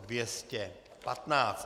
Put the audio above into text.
215.